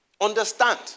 understand